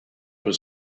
was